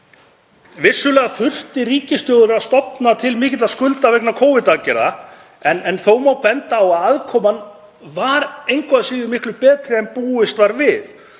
Vissulega þurfti ríkissjóður að stofna til mikilla skulda vegna Covid-aðgerða en þó má benda á að aðkoman var engu að síður miklu betri en búist var við